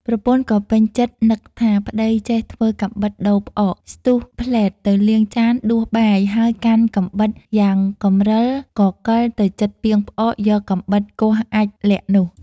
ប្រពន្ធក៏ពេញចិត្ដនឹកថា “ប្ដីចេះ ធ្វើកាំបិតដូរផ្អក” ស្ទុះភ្លែតទៅលាងចានដួសបាយហើយកាន់កាំបិតយ៉ាងកំរិលក៏កិលទៅជិតពាងផ្អកយកកាំបិតគាស់អាចម៏ល័ក្ខនោះ។